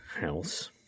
house